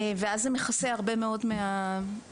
ואז זה מכסה הרבה מאוד מהמעסיקים.